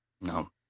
No